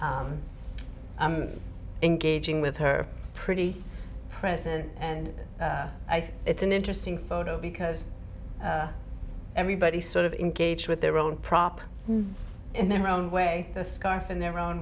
engaging with her pretty present and i think it's an interesting photo because everybody sort of engage with their own prop in their own way the scarf in their own